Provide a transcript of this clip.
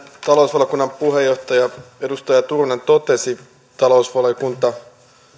talousvaliokunnan puheenjohtaja edustaja turunen totesi talousvaliokunta